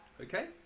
Okay